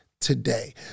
today